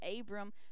Abram